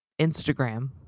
Instagram